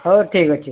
ହଉ ଠିକ୍ ଅଛି